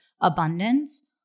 abundance